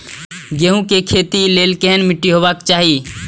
गेहूं के खेतीक लेल केहन मीट्टी हेबाक चाही?